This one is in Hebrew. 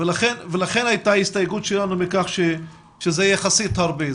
ולכן הייתה הסתייגות שלנו מכך שזה יחסית הרבה.